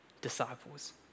disciples